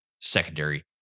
secondary